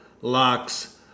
locks